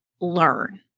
learn